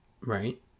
Right